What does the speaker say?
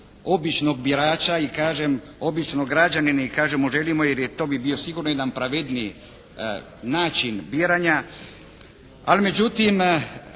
običnog birača i kažem, običnog građanina i kažem želimo jer to bi bio sigurno jedan pravedniji način biranja, ali međutim